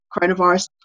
coronavirus